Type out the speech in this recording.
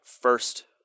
first